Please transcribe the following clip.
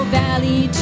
valley